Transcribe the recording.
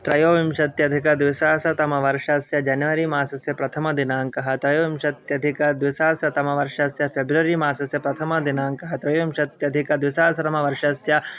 त्रयोविंशत्यधिकद्विसहस्रतमवर्षस्य जनवरी मासस्य प्रथमदिनाङ्कः त्रयोविंशत्यधिकद्विसहस्रतमवर्षस्य फेब्रुवरी मासस्य प्रथमदिनाङ्कः त्रयोविंशत्यधिकद्विसहस्रमवर्षस्य